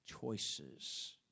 choices